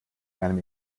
einem